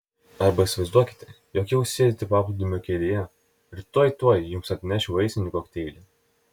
arba įsivaizduokite jog jau sėdite paplūdimio kėdėje ir tuoj tuoj jums atneš vaisinį kokteilį